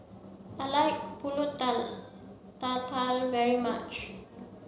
I like Pulut Tatal very much